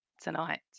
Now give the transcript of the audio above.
tonight